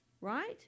right